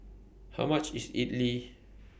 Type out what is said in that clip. How much IS Idili